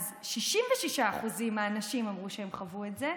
ואז 66% מהנשים אמרו שהן חוו את זה,